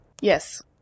Yes